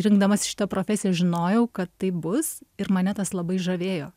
rinkdamasi šitą profesiją žinojau kad taip bus ir mane tas labai žavėjo